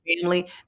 family